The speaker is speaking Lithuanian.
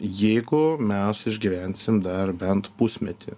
jeigu mes išgyvensim dar bent pusmetį